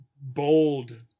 bold